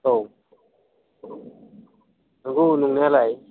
औ नंगौ नंनायालाय